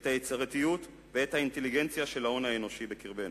את היצירתיות ואת האינטליגנציה של ההון האנושי בקרבנו,